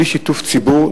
בלי שיתוף ציבור,